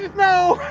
no,